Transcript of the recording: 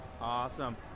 awesome